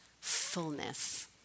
fullness